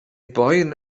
boen